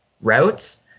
routes